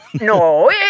No